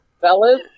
fellas